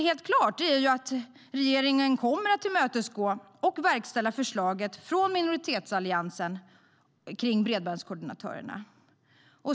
Helt klart är dock att regeringen kommer att tillmötesgå och verkställa minoritetsalliansens förslag om bredbandskoordinatorer.